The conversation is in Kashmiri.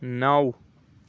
نَو